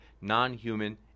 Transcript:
non-human